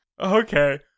Okay